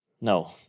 No